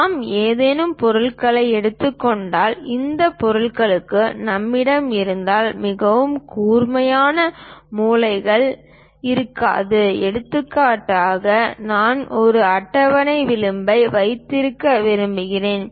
நாம் ஏதேனும் பொருள்களை எடுத்துக்கொண்டால் இந்த பொருட்களுக்கு நம்மிடம் இருந்தால் மிகவும் கூர்மையான மூலைகள் இருக்காது எடுத்துக்காட்டாக நான் ஒரு அட்டவணை விளிம்பை வைத்திருக்க விரும்புகிறேன்